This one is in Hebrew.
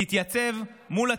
תתייצב מול הציבור,